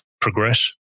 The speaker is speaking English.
progress